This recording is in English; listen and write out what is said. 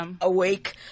awake